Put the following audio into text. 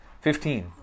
Fifteen